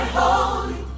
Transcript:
holy